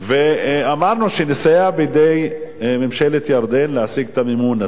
ואמרנו שנסייע בידי ממשלת ירדן להשיג את המימון הזה.